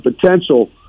potential